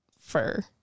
fur